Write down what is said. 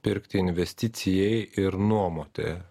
pirkti investicijai ir nuomoti